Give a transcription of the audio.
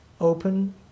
open